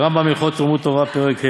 הרמב"ם הלכות תלמוד תורה פרק ה':